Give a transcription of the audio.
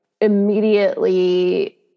immediately